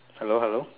hello hello